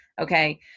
Okay